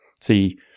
See